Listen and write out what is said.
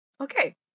Okay